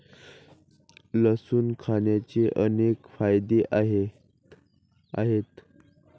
लसूण खाण्याचे अनेक फायदे आहेत